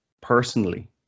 Personally